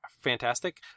fantastic